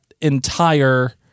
entire